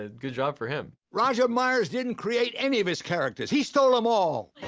ah good job for him. roger myers didn't create any of his characters, he stole them all. and